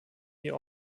die